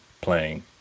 playing